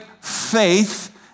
faith